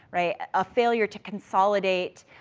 right, a failure to consolidate,